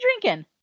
drinking